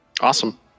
Awesome